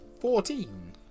Fourteen